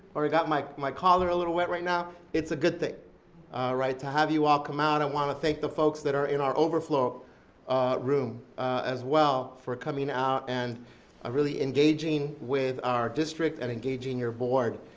or i got my my collar a little wet right now, it's a good thing to have you all come out. i and want to thank the folks that are in our overflow room as well for coming out and ah really engaging with our district and engaging your board,